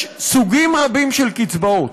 יש סוגים שונים של קצבאות,